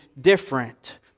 different